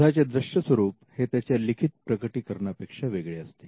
शोधाचे दृष्य स्वरूप हे त्याच्या लिखित प्रकटीकरणापेक्षा वेगळे असते